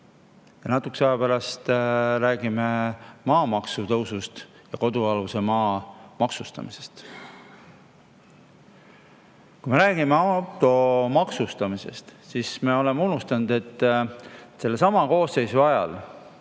ja natukese aja pärast räägime maamaksu tõusust ja kodualuse maa maksustamisest. Kui me räägime auto maksustamisest, siis me oleme unustanud, et sellesama koosseisu ajal